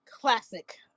Classic